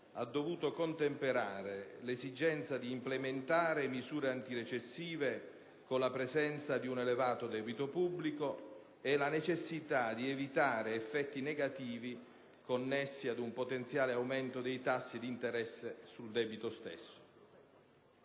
ha dovuto contemperare l'esigenza di implementare misure antirecessive con la presenza di un elevato debito pubblico e la necessità di evitare effetti negativi connessi ad un potenziale aumento dei tassi di interesse sul debito stesso.